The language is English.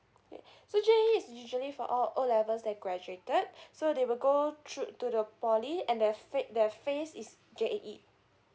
so J_E is usually for all O levels that graduated so they will go through to the poly and their fake their phase is J_E_E